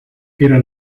era